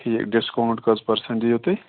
ٹھیٖک ڈِسکاوُنٛٹ کٔژ پٔرسنٛٹ دِیِو تُہۍ